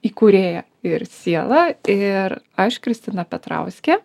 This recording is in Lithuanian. įkūrėją ir sielą ir aš kristina petrauskė